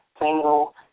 single